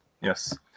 Yes